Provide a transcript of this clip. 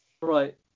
Right